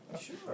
Sure